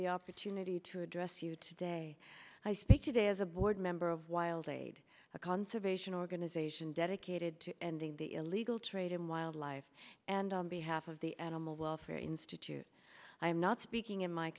the opportunity to address you today i speak today as a board member of wild aid a conservation organization dedicated to ending the illegal trade in wildlife and on behalf of the animal welfare institute i am not speaking in my